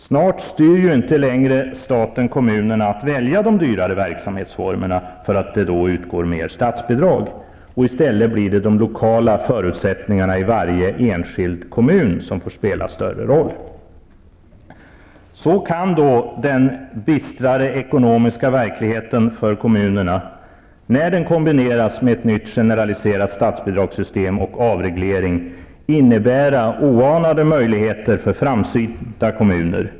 Snart styr inte längre staten kommunerna till att välja de dyrare verksamhetsformerna för att det då utgår mer statsbidrag. I stället blir det de lokala förutsättningarna i varje enskild kommun som får spela större roll. Så kan den bistrare ekonomiska verkligheten för kommunerna, när den kombineras med ett nytt generaliserat statsbidragssystem och en avreglering, innebära oanade möjligheter för framsynta kommuner.